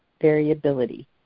variability